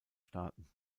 starten